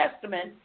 testament